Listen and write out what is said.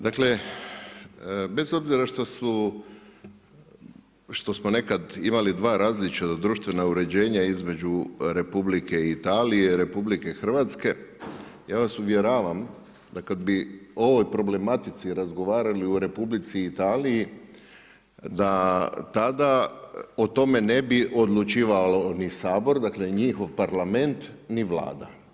Dakle bez obzira što smo nekad imali dva različita društvena uređenja između Republike Italije i Republike Hrvatske, ja vas uvjeravam da kada bi o ovoj problematici razgovarali u Republici Italiji da tada o tome ne bi odlučivao ni sabor dakle njihov Parlament ni Vlada.